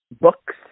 books